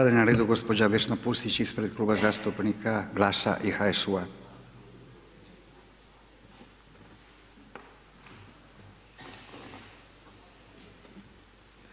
Sada je na redu gđa. Vesna Pusić ispred Kluba zastupnika GLAS-a i HSU-a.